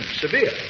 severe